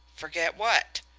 forget what?